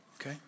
okay